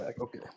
Okay